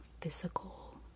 physical